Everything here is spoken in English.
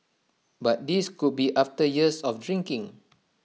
but this could be after years of drinking